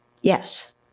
Yes